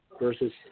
versus